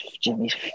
Jimmy's